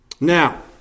Now